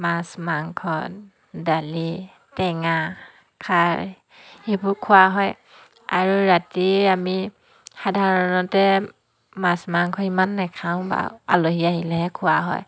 মাছ মাংস দালি টেঙা খাৰ সেইবোৰ খোৱা হয় আৰু ৰাতি আমি সাধাৰণতে মাছ মাংস ইমান নেখাওঁ বাৰু আলহী আহিলেহে খোৱা হয়